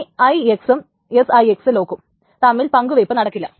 ഇനി IX ഉം SIX ലോക്കും തമ്മിൽ പങ്കുവയ്പ് നടക്കില്ല